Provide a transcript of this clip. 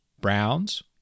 Browns